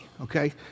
okay